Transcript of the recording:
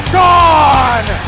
gone